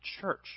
church